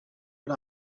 but